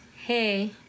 Hey